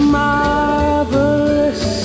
marvelous